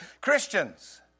Christians